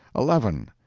eleven.